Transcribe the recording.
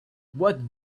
what